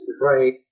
right